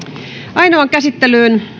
ainoaan käsittelyyn